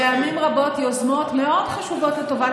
פעמים רבות יוזמות מאוד חשובות לטובת